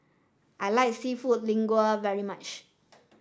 I like Seafood Linguine very much